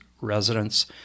residents